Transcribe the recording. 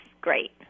great